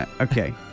Okay